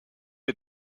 est